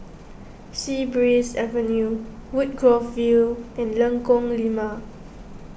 Sea Breeze Avenue Woodgrove View and Lengkong Lima